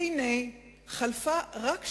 והנה, חלפה רק שנה,